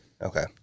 Okay